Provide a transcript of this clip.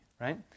right